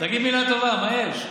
תגיד מילה טובה, מה יש?